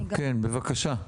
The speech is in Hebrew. כן, בבקשה.